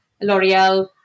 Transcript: L'Oreal